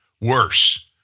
Worse